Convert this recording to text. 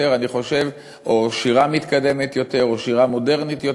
או שירה מתקדמת יותר או שירה מודרנית יותר.